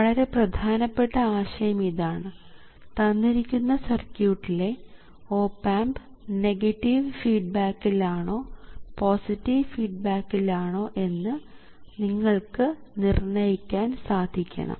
വളരെ പ്രധാനപ്പെട്ട ആശയം ഇതാണ് തന്നിരിക്കുന്ന സർക്യൂട്ടിലെ ഓപ് ആമ്പ് നെഗറ്റീവ് ഫീഡ്ബാക്കിൽ ആണോ പോസിറ്റീവ് ഫീഡ്ബാക്കിൽ ആണോ എന്ന് നിങ്ങൾക്ക് നിർണ്ണയിക്കാൻ സാധിക്കണം